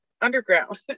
underground